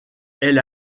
elle